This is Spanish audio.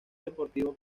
deportivo